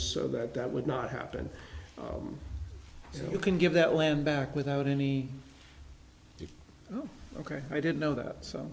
so that that would not happen so you can give that land back without any you know ok i didn't know that some